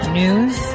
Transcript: news